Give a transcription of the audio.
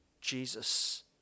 Jesus